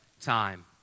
time